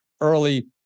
early